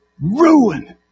Ruin